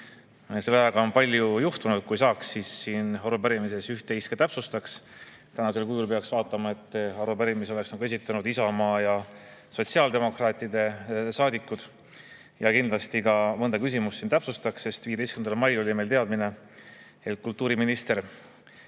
Selle ajaga on palju juhtunud. Kui saaks, siis täpsustaks siin arupärimises üht-teist. Tänasel kujul peaks vaatama, et arupärimise on nagu esitanud Isamaa ja sotsiaaldemokraatide saadikud. Kindlasti ka mõnda küsimust täpsustaks, sest 15. mail oli meil teadmine, et kultuuriminister